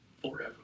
Forever